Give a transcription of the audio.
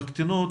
בקטינות,